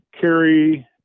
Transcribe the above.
carry